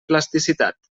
plasticitat